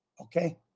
okay